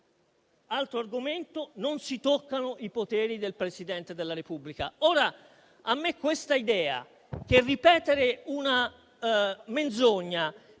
altro argomento - che non si toccano i poteri del Presidente della Repubblica. A me questa idea che ripetere una menzogna